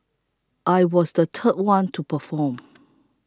I was the third one to perform